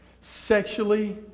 sexually